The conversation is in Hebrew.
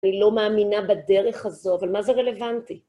אני לא מאמינה בדרך הזו, אבל מה זה רלוונטי?